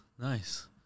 nice